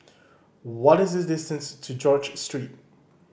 what is the distance to George Street